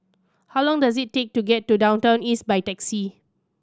how long does it take to get to Downtown East by taxi